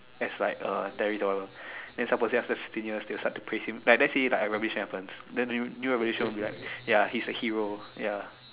that's like a daily dollar then supposedly after fifteen years they will start to praise him like let's say like a revolution happens then the new new revolution will be like ya his a hero ya